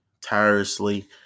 tirelessly